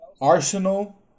Arsenal